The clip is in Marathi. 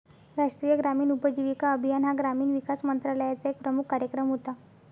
राष्ट्रीय ग्रामीण उपजीविका अभियान हा ग्रामीण विकास मंत्रालयाचा एक प्रमुख कार्यक्रम होता